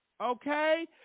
Okay